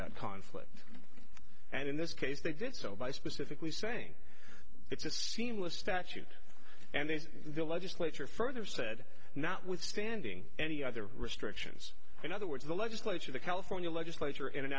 that conflict and in this case they did so by specifically saying it's a seamless statute and they say the legislature further said notwithstanding any other restrictions in other words the legislature the california legislature